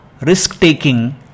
risk-taking